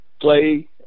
play